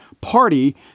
party